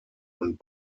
und